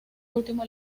último